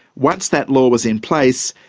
once that law was in place,